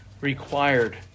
required